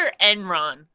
Enron